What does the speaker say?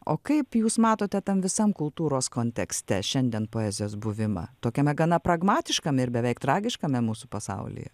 o kaip jūs matote tam visam kultūros kontekste šiandien poezijos buvimą tokiame gana pragmatiškam ir beveik tragiškame mūsų pasaulyje